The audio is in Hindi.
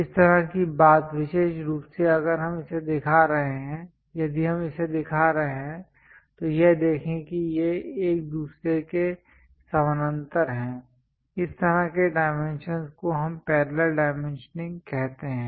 इस तरह की बात विशेष रूप से अगर हम इसे दिखा रहे हैं यदि हम इसे दिखा रहे हैं तो यह देखें कि ये एक दूसरे के समानांतर हैं इस तरह के डाइमेंशंस को हम पैरेलल डाइमेंशनिंग कहते हैं